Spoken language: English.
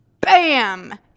bam